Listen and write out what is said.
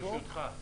ברשותך,